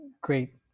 great